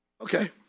Okay